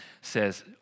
says